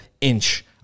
inch